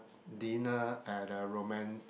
dinner at a romantic